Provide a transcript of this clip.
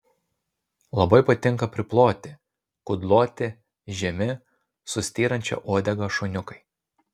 labai patinka priploti kudloti žemi su styrančia uodega šuniukai